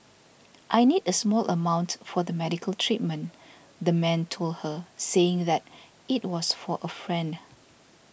I need a small amount for the medical treatment the man told her saying that it was for a friend